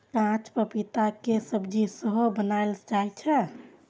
कांच पपीता के सब्जी सेहो बनाएल जाइ छै